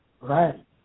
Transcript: right